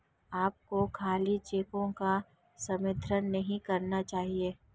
आपको खाली चेकों का समर्थन नहीं करना चाहिए